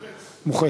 מוחץ.